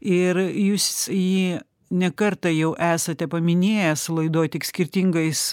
ir jūs jį ne kartą jau esate paminėjęs laidoj tik skirtingais